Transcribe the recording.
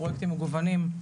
פרוייקטים מגוונים,